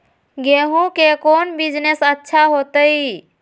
गेंहू के कौन बिजनेस अच्छा होतई?